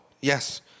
yes